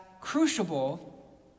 crucible